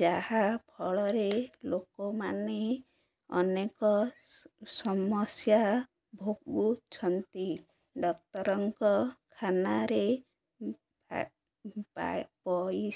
ଯାହା ଫଳରେ ଲୋକମାନେ ଅନେକ ସମସ୍ୟା ଭୋଗୁଛନ୍ତି ଡାକ୍ତରଙ୍କଖାନାରେ ଆ ପାଇ